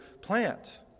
plant